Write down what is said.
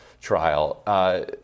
trial